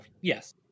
Yes